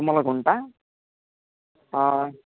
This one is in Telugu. తుమ్మలగుంట